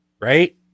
right